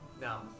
No